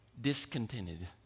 discontented